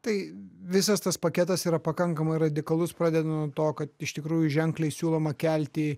tai visas tas paketas yra pakankamai radikalus pradedant nuo to kad iš tikrųjų ženkliai siūloma kelti